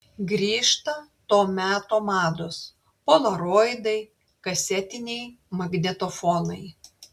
grįžta to meto mados polaroidai kasetiniai magnetofonai